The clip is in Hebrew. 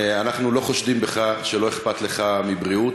אנחנו לא חושדים בך שלא אכפת לך מבריאות,